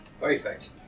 Perfect